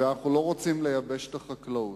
ואנחנו לא רוצים לייבש את החקלאות.